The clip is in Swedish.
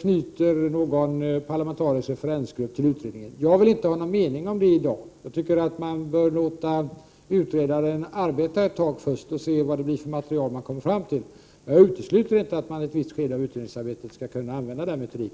knyter någon parlamentarisk referensgrupp till utredningen. Jag vill inte ha någon mening om det i dag. Jag tycker att man först bör låta utredaren arbeta ett tag och se vad han kommer fram till. Jag utesluter inte att man i ett visst skede av utredningsarbetet skall kunna använda den metoden.